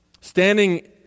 Standing